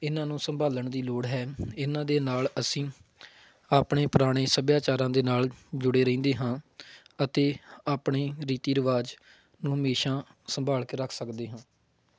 ਇਹਨਾਂ ਨੂੰ ਸੰਭਾਲਣ ਦੀ ਲੋੜ ਹੈ ਇਹਨਾਂ ਦੇ ਨਾਲ ਅਸੀਂ ਆਪਣੇ ਪੁਰਾਣੇ ਸੱਭਿਆਚਾਰਾਂ ਦੇ ਨਾਲ ਜੁੜੇ ਰਹਿੰਦੇ ਹਾਂ ਅਤੇ ਆਪਣੇ ਰੀਤੀ ਰਿਵਾਜ਼ ਨੂੰ ਹਮੇਸ਼ਾ ਸੰਭਾਲ ਕੇ ਰੱਖ ਸਕਦੇ ਹਾਂ